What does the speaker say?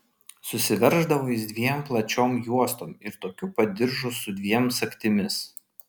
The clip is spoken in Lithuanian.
susiverždavo jis dviem plačiom juostom ir tokiu pat diržu su dviem sagtimis